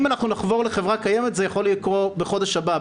אם אנחנו נחבור לחברה קיימת זה יכול לקרות בחודש הבא,